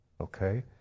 Okay